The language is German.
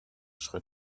schritt